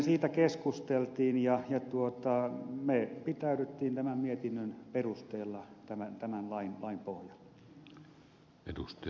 siitä keskusteltiin ja me pitäydyimme tämän mietinnön perusteella tämän lain pohjalla